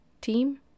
Team